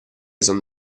son